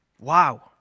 Wow